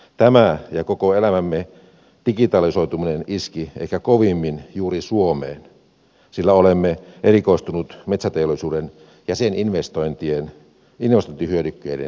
tämä ja koko elämämme digitalisoituminen iski ehkä kovimmin juuri suomeen sillä olemme erikoistuneet metsäteollisuuden ja sen investointihyödykkeiden vientiin